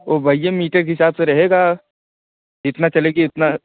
ओ भईया मीटर के हिसाब से रहेगा जितना चलेगी उतना